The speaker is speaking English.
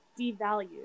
devalued